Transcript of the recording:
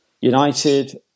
United